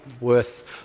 worth